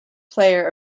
player